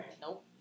Nope